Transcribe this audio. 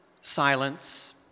silence